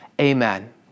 Amen